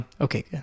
Okay